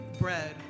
bread